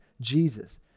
Jesus